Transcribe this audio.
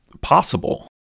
possible